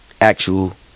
actual